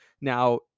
Now